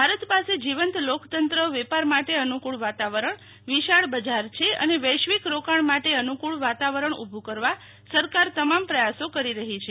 ભારત પાસે જીવંત લોકતંત્ર વેપાર માટે અનુકૂળ વાતાવરણ વિશાળ બજાર છે અને વૈશ્વિક રોકાણ માટે અનુકુળ વાતાવરણ ઉભુ કરવા સરકાર તમામ પ્રયાસો કરી રહી છે